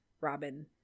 Robin